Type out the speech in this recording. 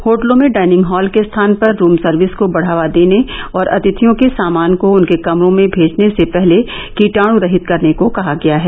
होटलों में dining hall के स्थान पर रूम सर्विस को बढ़ावा देने और अतिथियों के सामान को उनके कमरों में भेजने से पहले कीटाण्रहित करने को कहा गया है